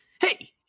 hey